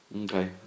Okay